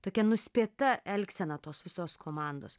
tokia nuspėta elgsena tos visos komandos